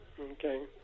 Okay